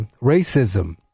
racism